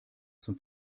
zum